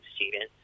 students